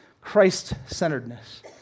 Christ-centeredness